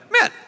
man